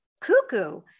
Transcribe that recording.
cuckoo